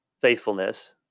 faithfulness